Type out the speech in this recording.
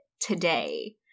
today